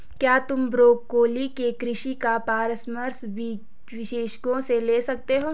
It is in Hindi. क्या तुम ब्रोकोली के कृषि का परामर्श विशेषज्ञों से ले सकते हो?